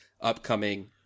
upcoming